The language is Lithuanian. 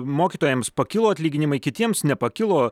mokytojams pakilo atlyginimai kitiems nepakilo